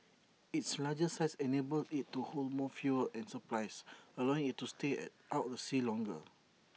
its larger size enables IT to hold more fuel and supplies allowing IT to stay out the sea longer